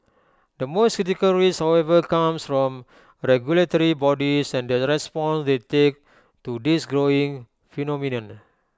the most critical risk however comes from regulatory bodies and the response they take to this growing phenomenon